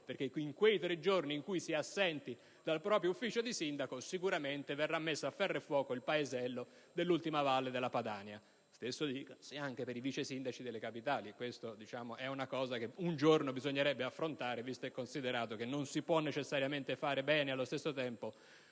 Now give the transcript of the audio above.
perché nei tre giorni in cui si è assenti dal proprio ufficio al Comune sicuramente può essere messo a ferro e fuoco il paesello dell'ultima valle della Padania. Lo stesso si dica per i vicesindaci della capitale. Questo è un argomento che un giorno bisognerà affrontare, visto e considerato che non si può necessariamente fare bene allo stesso tempo